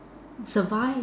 survive